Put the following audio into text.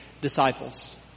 disciples